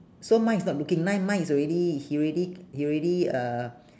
so mine is not looking mine mine is already he already he already uh